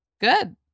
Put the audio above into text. good